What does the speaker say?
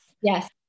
Yes